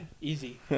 easy